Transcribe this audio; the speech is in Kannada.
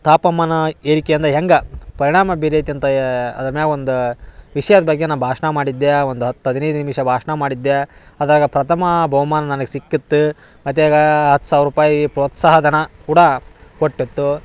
ತಾಪಮಾನ ಏರಿಕೆಯಿಂದ ಹೆಂಗೆ ಪರಿಣಾಮ ಬೀರೈತ್ಯಂತಾ ಅದ್ರ ಮ್ಯಾಗ ಒಂದು ವಿಷ್ಯದ ಬಗ್ಗೆ ನಾ ಭಾಷಣ ಮಾಡಿದ್ದೆ ಒಂದು ಹತ್ತು ಹದಿನೈದು ನಿಮಿಷ ಭಾಷಣ ಮಾಡಿದ್ದೆ ಅದ್ರಾಗ ಪ್ರಥಮ ಬಹುಮಾನ ನನಗೆ ಸಿಕ್ಕತ್ತು ಮತ್ಯಾಗ ಹತ್ತು ಸಾವಿರ ರೂಪಾಯಿ ಪ್ರೋತ್ಸಾಹ ಧನ ಕೂಡ ಕೊಟ್ಟಿತ್ತು